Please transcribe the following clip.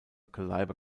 caliber